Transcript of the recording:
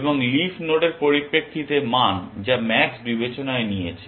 এবং লিফ নোডের পরিপ্রেক্ষিতে মান যা ম্যাক্স বিবেচনায় নিয়েছে